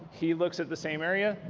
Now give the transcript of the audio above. he looks at the same area,